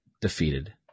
defeated